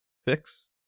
six